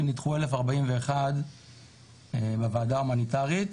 נדחו 1,041 בקשות בוועדה ההומניטארית,